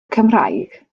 cymraeg